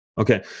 Okay